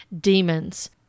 demons